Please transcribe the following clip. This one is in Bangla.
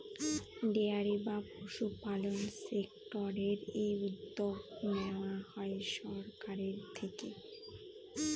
ডেয়ারি বা পশুপালন সেক্টরের এই উদ্যোগ নেওয়া হয় সরকারের থেকে